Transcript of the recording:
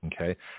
okay